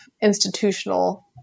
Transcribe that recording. institutional